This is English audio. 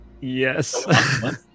yes